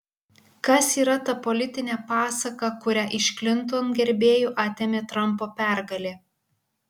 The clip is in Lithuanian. kas yra ta politinė pasaka kurią iš klinton gerbėjų atėmė trampo pergalė